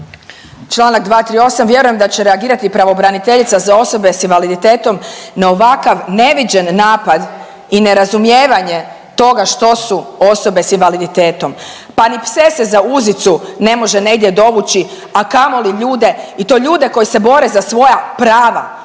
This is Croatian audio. Članak 238., vjerujem da će reagirati i pravobraniteljica za osobe s invaliditetom na ovakav neviđen napad i nerazumijevanje toga što su osobe s invaliditetom. Pa ni pse se ne može za uzicu ne može dovući, a kamoli ljude i to ljude koji se bore za svoja prava